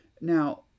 Now